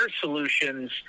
solutions